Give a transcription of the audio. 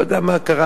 אני לא יודע מה קרה,